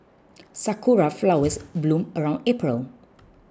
sakura flowers bloom around April